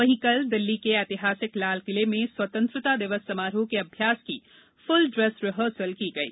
वहीं कल दिल्लीं के ऐतिहासिक लाल किले में स्वतंत्रता दिवस समारोह के अभ्यास की फुल ड्रेस रिहर्सल की गयी